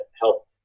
help